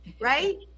right